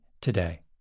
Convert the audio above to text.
today